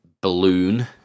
balloon